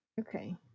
okay